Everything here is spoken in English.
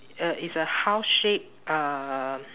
uh it's a house shaped um